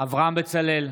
אברהם בצלאל,